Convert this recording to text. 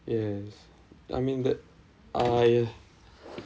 yes I mean that I